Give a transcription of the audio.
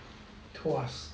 tuas